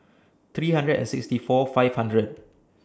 three hundred and sixty four five hundred